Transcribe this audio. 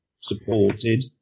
supported